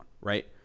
right